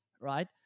right